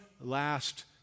last